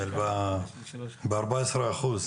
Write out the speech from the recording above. ב-14%.